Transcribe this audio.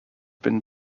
been